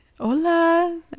hola